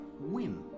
win